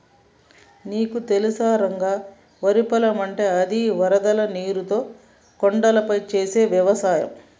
నీకు తెలుసా రంగ వరి పొలం అంటే అది వరద నీరుతో కొండలపై చేసే వ్యవసాయం